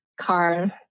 car